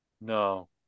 No